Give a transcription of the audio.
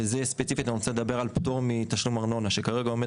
אני רוצה לדבר על פטור מתשלום ארנונה שכרגע עומד